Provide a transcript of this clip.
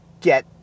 get